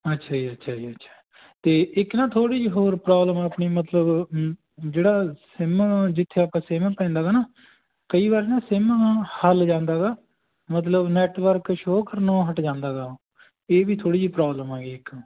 ਅੱਛਾ ਜੀ ਅੱਛਾ ਜੀ ਅੱਛਾ ਅਤੇ ਇੱਕ ਨਾ ਥੋੜ੍ਹੀ ਜਿਹੀ ਹੋਰ ਪ੍ਰੋਬਲਮ ਆ ਆਪਣੀ ਮਤਲਬ ਜਿਹੜਾ ਸਿਮ ਆ ਨਾ ਜਿੱਥੇ ਆਪਾਂ ਸਿਮ ਪੈਂਦਾ ਗਾ ਨਾ ਕਈ ਵਾਰ ਨਾ ਸਿਮ ਨਾ ਹਿੱਲ ਜਾਂਦਾ ਗਾ ਮਤਲਬ ਨੈਟਵਰਕ ਸ਼ੋਅ ਕਰਨੋਂ ਹਟ ਜਾਂਦਾ ਗਾ ਇਹ ਵੀ ਥੋੜ੍ਹੀ ਜਿਹੀ ਪ੍ਰੋਬਲਮ ਆ ਗਈ ਇੱਕ